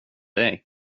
dig